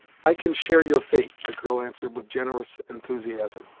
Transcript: i can share your fate, the girl answered with generous enthusiasm.